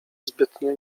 zbytnio